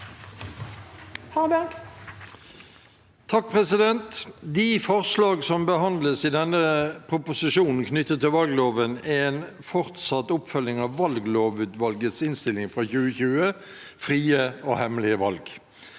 for saken): De forslag som behandles i denne proposisjonen knyttet til valgloven, er en fortsatt oppfølging av valglovutvalgets innstilling fra 2020, Frie og hemmelige valg.